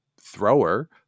thrower